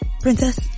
Princess